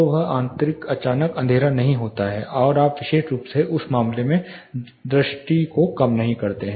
तो वह आंतरिक अचानक अंधेरा नहीं होता है और आप विशेष रूप से उस मामले में दृष्टि को कम नहीं करते हैं